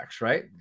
right